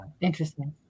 Interesting